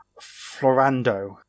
florando